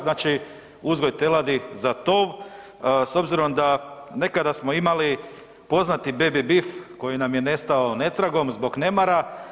Znači uzgoj teladi za tov s obzirom da nekada smo imali poznati Baby Beef koji nam je nestao netragom zbog nemara.